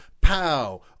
Pow